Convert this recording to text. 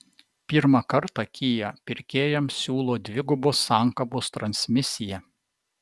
pirmą kartą kia pirkėjams siūlo dvigubos sankabos transmisiją